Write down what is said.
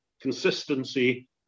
consistency